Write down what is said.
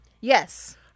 Yes